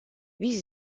wie